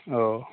औ